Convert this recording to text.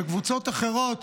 וקבוצות אחרות,